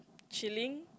chilling